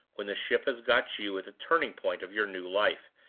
when the ship has got you at the turning-point of your new life,